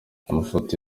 amafoto